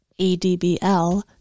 ADBL